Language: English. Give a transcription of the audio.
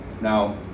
Now